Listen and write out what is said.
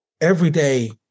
everyday